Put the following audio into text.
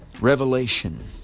revelation